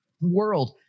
world